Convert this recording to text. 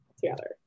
together